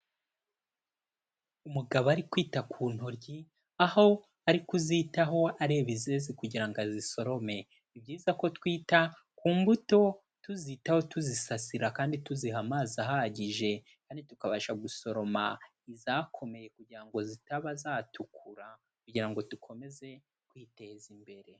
Umugabo ari kwita ku ntoryi, aho ari kuzitaho areba izeze kugira ngo azisorome, ni byiza ko twita ku mbuto tuzitaho tuzisasira kandi tuziha amazi ahagije, kandi tukabasha gusoroma izakomeye kugira ngo zitaba zatukura, kugira ngo dukomeze kwiteza imbere.